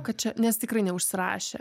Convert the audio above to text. kad čia nes tikrai neužsirašė